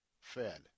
Fed